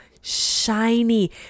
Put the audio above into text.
shiny